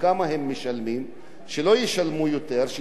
שלא ישלמו יותר ושישלמו אותו דבר,